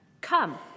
Come